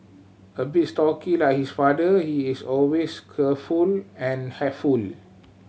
a bit stocky like his father he is always careful and helpful